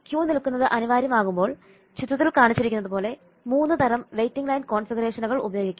Q നിൽക്കുന്നത് അനിവാര്യമാകുമ്പോൾ ചിത്രത്തിൽ കാണിച്ചിരിക്കുന്നതുപോലെ 3 തരം വെയിറ്റിംഗ് ലൈൻ കോൺഫിഗറേഷനുകൾ ഉപയോഗിക്കാം